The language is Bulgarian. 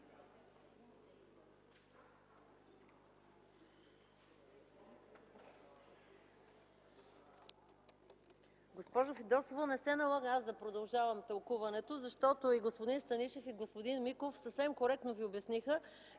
Госпожо Фидосова, не се налага да продължавам тълкуването, защото и господин Станишев, и господин Миков съвсем коректно Ви обясниха,